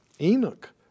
Enoch